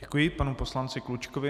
Děkuji panu poslanci Klučkovi.